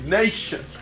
nation